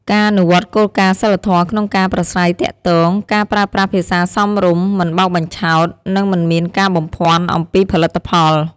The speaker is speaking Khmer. ការអនុវត្តគោលការណ៍សីលធម៌ក្នុងការប្រាស្រ័យទាក់ទង ការប្រើប្រាស់ភាសាសមរម្យ មិនបោកបញ្ឆោត និងមិនមានការបំភាន់អំពីផលិតផល។